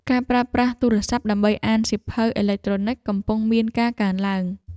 ការប្រើប្រាស់ទូរស័ព្ទដើម្បីអានសៀវភៅអេឡិចត្រូនិច កំពុងមានការកើនឡើង។